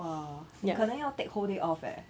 !wah! 你可能要 take whole day off leh